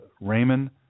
Raymond